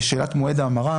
לשאלת מועד ההמרה,